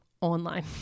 online